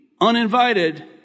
uninvited